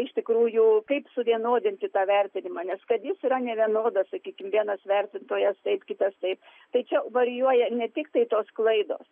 iš tikrųjų kaip suvienodinti tą vertinimą nes kad jis yra nevienodas sakykim vienas vertintojas taip kitas taip tai čia varijuoja ne tiktai tos klaidos